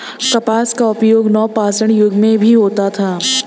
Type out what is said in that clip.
कपास का उपयोग नवपाषाण युग में भी होता था